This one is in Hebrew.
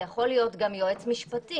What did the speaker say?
זה יכול להיות גם יועץ משפטי,